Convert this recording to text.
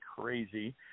crazy